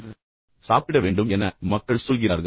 மக்கள் முதலில் சொல்வது நான் என் வயிற்றை நிரப்ப வேண்டும்